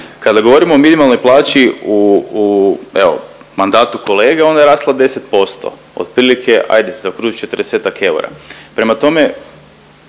Kada govorimo o minimalnoj plaći u, u evo mandatu kolege ona je rasla 10%, otprilike ajde zaokružit ću 40-ak eura. Prema tome